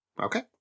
Okay